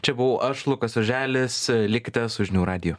čia buvau aš lukas oželis likite su žinių radiju